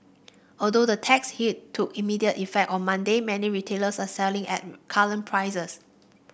although the tax hike took immediate effect on Monday many retailers are selling at current prices